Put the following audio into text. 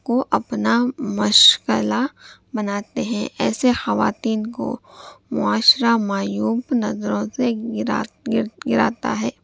کو اپنا مشغلہ بناتے ہیں ایسے خواتین کو معاشرہ معیوب نظروں سے گرا گراتا ہے